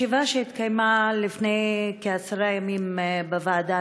בישיבה שהתקיימה לפני כעשרה ימים בוועדה